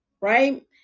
Right